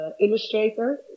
illustrator